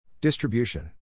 Distribution